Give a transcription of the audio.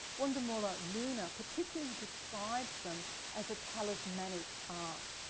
wundermulla luna particularly describes them as a talismanic art.